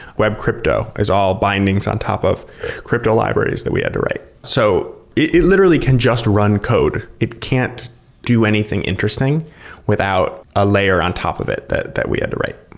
web crypto is all bindings on top of crypto libraries we had to write. so it it literally can just run code. it can't do anything interesting without a layer on top of it that that we had to write.